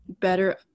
Better